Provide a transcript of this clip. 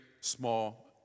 small